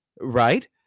Right